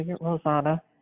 Rosanna